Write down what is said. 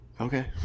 okay